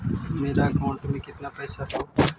मेरा अकाउंटस में कितना पैसा हउ?